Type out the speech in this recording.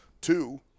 Two